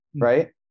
right